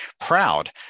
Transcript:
proud